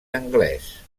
anglès